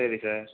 சரி சார்